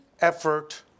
effort